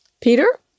Peter